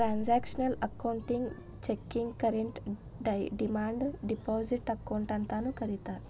transactional ಅಕೌಂಟಿಗಿ checking current demand deposit account ಅಂತಾನೂ ಕರಿತಾರಾ